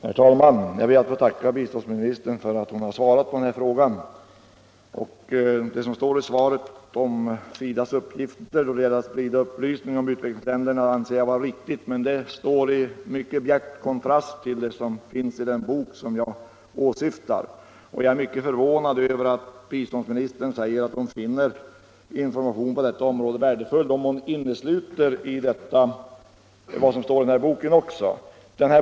Herr talman! Jag ber att få tacka biståndsministern för att hon har svarat på min fråga. Vad hon sade i svaret om ”SIDA:s uppgifter att sprida upplysning om utvecklingsländerna” anser jag vara riktigt, men det står i mycket bjärt kontrast till den bok som jag åsyftar. Jag är mycket förvånad över att biståndsministern säger att hon finner ”information på detta område värdefull”, om hon i detta innesluter vad som står i den här boken.